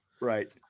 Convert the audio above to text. right